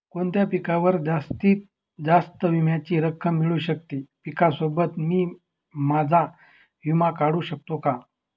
कोणत्या पिकावर जास्तीत जास्त विम्याची रक्कम मिळू शकते? पिकासोबत मी माझा विमा काढू शकतो का?